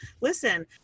Listen